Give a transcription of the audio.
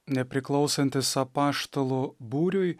nepriklausantis apaštalų būriui